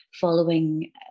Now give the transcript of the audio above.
following